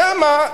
שם,